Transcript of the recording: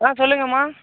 ஆ சொல்லுங்கமா